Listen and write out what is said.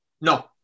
No